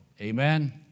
Amen